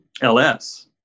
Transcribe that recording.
LS